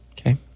Okay